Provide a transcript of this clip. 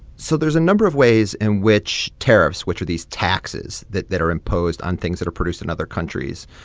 so there's a number of ways in which tariffs, which are these taxes that that are imposed on things that are produced in other countries,